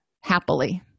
happily